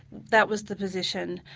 that was the position.